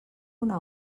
una